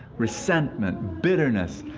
resentment, bitterness,